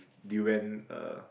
durian uh